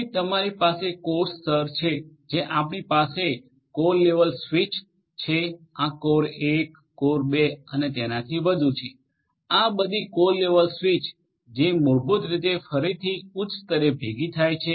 પછી તમારી પાસે કોર સ્તર છે જ્યાં આપણી પાસે કોર લેવલ સ્વિચ છે આ કોર 1 કોર 2 અને તેનાથી વધુ છે આ બઘી કોર લેવલ સ્વિચ છે જે મૂળભૂત રીતે ફરીથી ઉચ્ચ સ્તરે ભેગી થાય છે